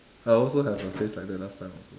I also have a phase like that last time also